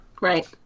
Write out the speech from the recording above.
Right